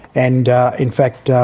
and in fact,